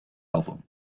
album